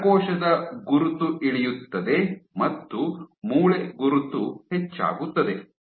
ನರಕೋಶದ ಗುರುತು ಇಳಿಯುತ್ತದೆ ಮತ್ತು ಮೂಳೆ ಗುರುತು ಹೆಚ್ಚಾಗುತ್ತದೆ